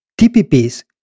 TPPs